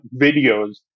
videos